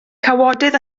cawodydd